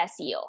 seo